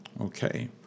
Okay